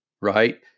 right